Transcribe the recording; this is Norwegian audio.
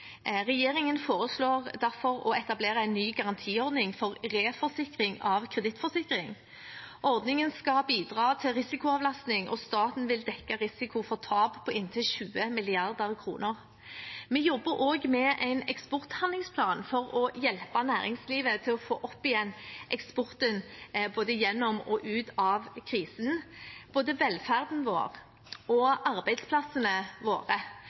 Regjeringen foreslår derfor å etablere en ny garantiordning for reforsikring av kredittforsikring. Ordningen skal bidra til risikoavlastning og staten vil dekke risiko for tap på inntil 20 mrd. kr. Vi jobber også med en eksporthandlingsplan for å hjelpe næringslivet til å få opp igjen eksporten både gjennom og ut av krisen. Både velferden vår og arbeidsplassene våre